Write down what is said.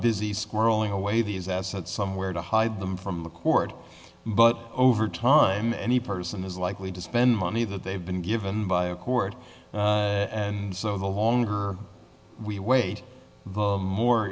busy squirreling away these assets somewhere to hide them from the court but over time any person is likely to spend money that they've been given by a court and so the longer we wait the more